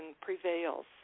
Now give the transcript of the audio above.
prevails